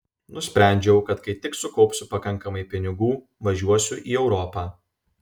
nusprendžiau kad kai tik sukaupsiu pakankamai pinigų važiuosiu į europą